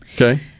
Okay